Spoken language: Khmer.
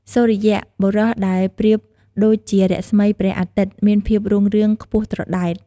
សូរិយៈ បុរសដែលប្រៀបដូចជារស្មីព្រះអាទិត្យ មានភាពរុងរឿងខ្ពស់ត្រដែត។